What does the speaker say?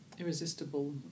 Irresistible